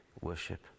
worship